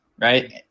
right